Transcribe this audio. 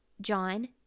John